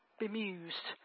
bemused